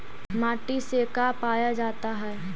माटी से का पाया जाता है?